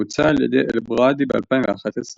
שהוצע על ידי אל-בראדעי ב-2011,